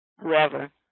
whoever